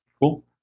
Cool